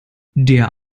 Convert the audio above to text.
der